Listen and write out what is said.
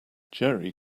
jerry